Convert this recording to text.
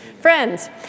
Friends